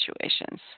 situations